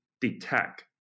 detect